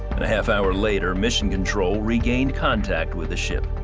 and a half hour later mission control regained contact with the ship.